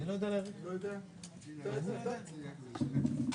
היו 101 הסתייגויות, שהורדו לשש הסתייגויות,